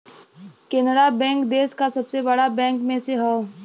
Canara bank देस का सबसे बड़ा बैंक में से हौ